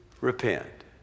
repent